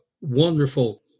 wonderful